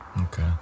Okay